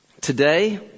Today